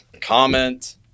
comment